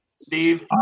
Steve